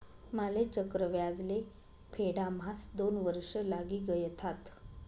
माले चक्रव्याज ले फेडाम्हास दोन वर्ष लागी गयथात